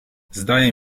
zdaje